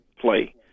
play